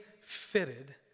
fitted